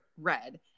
red